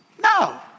No